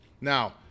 Now